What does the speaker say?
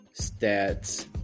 stats